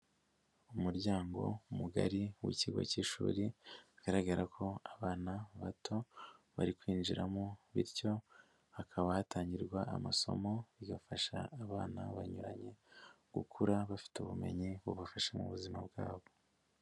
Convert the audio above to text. Umuryango mugari w'ikigo cy'ishuri, bigaragara ko abana bato bari kwinjiramo bityo hakaba hatangirwa amasomo, bigafasha abana banyuranye gukura bafite ubumenyi bubafasha mu buzima bwabo.